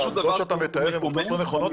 מה שאתה מתאר, אלה עובדות לא נכונות.